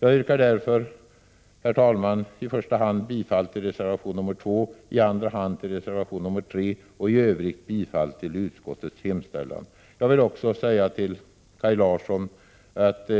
Jag yrkar därmed, herr talman, i första hand bifall till reservation nr 2, i 149 andra hand till reservation nr 3 och i övrigt bifall till utskottets hemställan. Jag vill också säga till Kaj Larsson att